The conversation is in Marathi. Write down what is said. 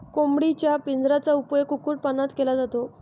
कोंबडीच्या पिंजऱ्याचा उपयोग कुक्कुटपालनात केला जातो